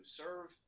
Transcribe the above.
serve